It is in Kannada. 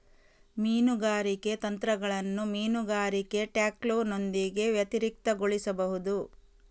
ಮೀನುಗಾರಿಕೆ ತಂತ್ರಗಳನ್ನು ಮೀನುಗಾರಿಕೆ ಟ್ಯಾಕ್ಲೋನೊಂದಿಗೆ ವ್ಯತಿರಿಕ್ತಗೊಳಿಸಬಹುದು